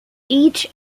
each